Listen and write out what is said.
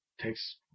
takes